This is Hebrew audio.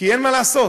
כי אין מה לעשות,